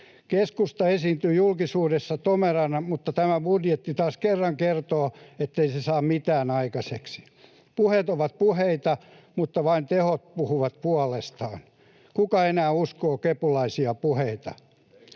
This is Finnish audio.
Keskusta esiintyy julkisuudessa tomerana, mutta tämä budjetti taas kerran kertoo, ettei se saa mitään aikaiseksi. Puheet ovat puheita, mutta vain teot puhuvat puolestaan. Kuka enää uskoo kepulaisia puheita?